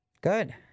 Good